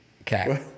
Okay